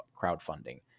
crowdfunding